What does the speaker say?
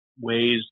ways